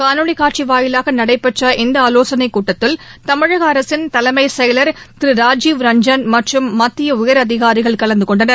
காணொலிகாட்சிவாயிலாகநடைபெற்ற இந்தஆலோசனைக் கூட்டத்தில் தமிழகஅரசின் தலைமைசெயலர் திருராஜீவ் ரஞ்சன் மற்றும் உயர் அதிகாரிகள் கலந்துகொண்டனர்